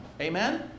amen